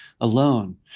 alone